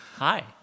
Hi